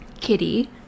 Kitty